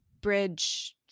bridge